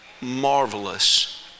marvelous